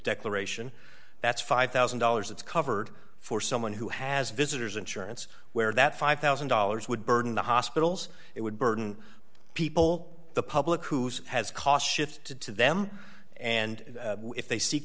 declaration that's five thousand dollars it's covered for someone who has visitors insurance where that five thousand dollars would burden the hospitals it would burn people the public whose has cost shifted to them and if they seek